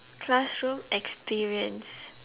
classroom experience